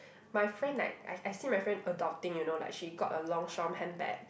my friend like I I see my friend adopting you know like she got a Longchamp handbag